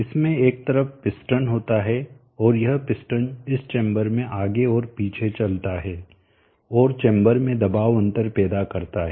इसमें एक तरफ पिस्टन होता है और यह पिस्टन इस चेंबर में आगे और पीछे चलता है और चेंबर में दबाव अंतर पैदा करता है